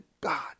God